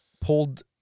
pulled